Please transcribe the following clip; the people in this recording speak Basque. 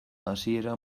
hasiera